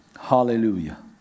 Hallelujah